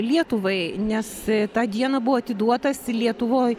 lietuvai nes tą dieną buvo atiduotas lietuvoj